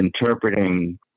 interpreting